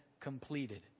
completed